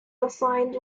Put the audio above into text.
assigned